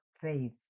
faith